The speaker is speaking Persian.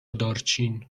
دارچین